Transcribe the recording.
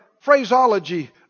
phraseology